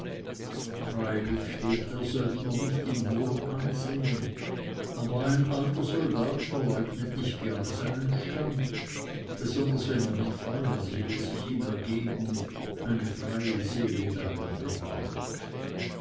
freilich steht der söldner nicht in hohem ansehen aber ein alter soldat verleugnet nicht gerne seinen stand besonders wenn er mit freier seele sich ihm ergeben eine freie seele darin bewahrt